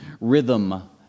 rhythm